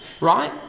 right